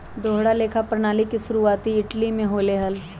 दोहरा लेखा प्रणाली के शुरुआती इटली में होले हल